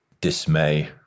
dismay